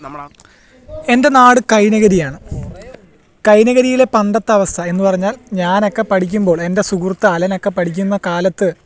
നമ്മൾ ആ എൻ്റെ നാട് കൈനഗിരിയാണ് കൈനഗിരിയിലെ പണ്ടത്തെ അവസ്ഥ എന്നു പറഞ്ഞാൽ ഞാനൊക്കെ പഠിക്കുമ്പോൾ എൻ്റെ സുഹൃത്ത് അലനൊക്കെ പഠിക്കുന്ന കാലത്ത്